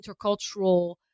intercultural